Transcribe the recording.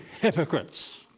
hypocrites